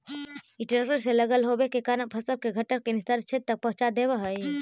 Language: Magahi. इ ट्रेक्टर से लगल होव के कारण फसल के घट्ठर के निस्तारण क्षेत्र तक पहुँचा देवऽ हई